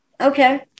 Okay